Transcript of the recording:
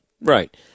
Right